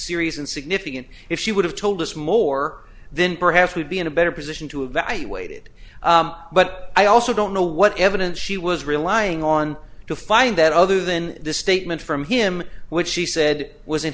serious and significant if she would have told us more then perhaps we'd be in a better position to evaluate it but i also don't know what evidence she was relying on to find that other than this statement from him which she said was